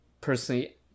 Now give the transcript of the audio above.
personally